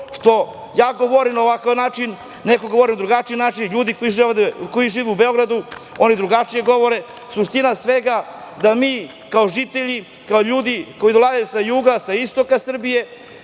što ja govorim na ovakav način, neko govori na drugačiji način, ljudi koji žive u Beogradu govore drugačije. Suština svega je da mi kao žitelji, kao ljudi koji dolaze sa juga, sa istoka Srbije,